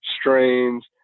strains